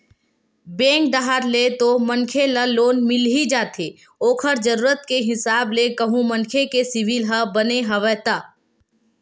bank डाहर ले तो मनखे ल लोन मिल ही जाथे ओखर जरुरत के हिसाब ले कहूं मनखे के सिविल ह बने हवय ता